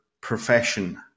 profession